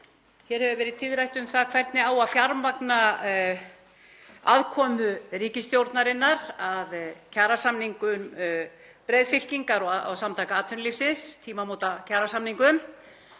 þingmönnum verið tíðrætt um það hvernig á að fjármagna aðkomu ríkisstjórnarinnar að kjarasamningum breiðfylkingar og Samtaka atvinnulífsins, tímamótakjarasamningum.